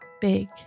big